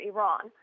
Iran